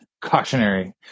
cautionary